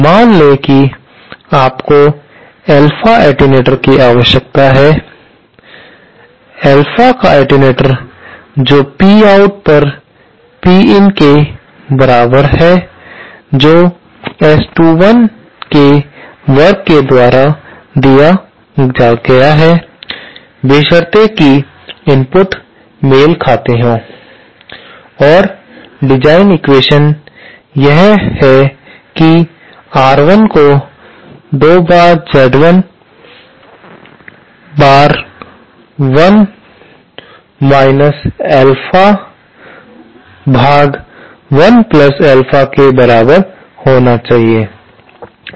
मान लें कि आपको अल्फा एटेन्यूएटर की आवश्यकता है अल्फा का एटेन्यूएटर जो P out पर P in के बराबर है जो S21 के वर्ग के द्वारा दिया गया है बशर्ते कि इनपुट मेल खाते हों और डिज़ाइन एक्वेशन्स यह हो कि R1 को 2Z0 बार 1 माइनस अल्फा पर 1 प्लस अल्फा के बराबर होना चाहिए